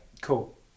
cool